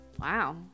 Wow